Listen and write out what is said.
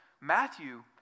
Matthew